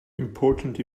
important